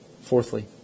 fourthly